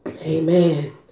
amen